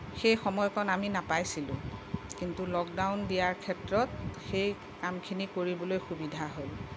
সেই সময়কণ আমি নাপাইছিলোঁ কিন্তু লকডাউন দিয়াৰ ক্ষেত্ৰত সেই কামখিনি কৰিবলৈ সুবিধা হ'ল